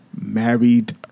Married